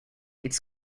its